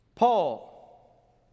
Paul